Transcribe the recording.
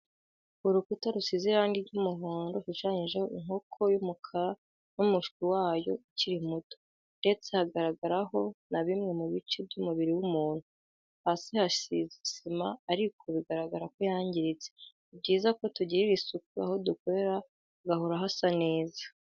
Urukuta rusize irangi ry'umuhondo rushushanyijeho inkoko y'umukara n'umushwi wayo ukiri muto, ndetse hagaragaraho na bimwe mu bice by'umubiri w'umuntu, hasi hasize isima ariko bigaragara ko yangiritse, ni byiza ko tugirira isuku aho dukorera hagahora hasa neza.